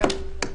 לך, יעקבי סיגל.